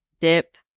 dip